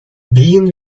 being